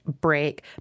break